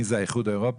מי זה, האיחוד האירופי?